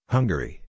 Hungary